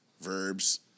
verbs